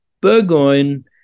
Burgoyne